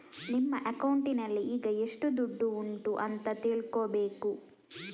ನಿಮ್ಮ ಅಕೌಂಟಿನಲ್ಲಿ ಈಗ ಎಷ್ಟು ದುಡ್ಡು ಉಂಟು ಅಂತ ತಿಳ್ಕೊಳ್ಬೇಕು